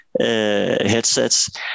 headsets